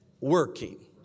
working